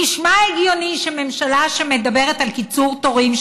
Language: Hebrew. נשמע הגיוני שממשלה שמדברת על קיצור תורים,